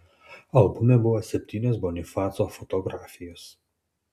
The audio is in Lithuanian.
albume buvo septynios bonifaco fotografijos